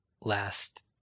Last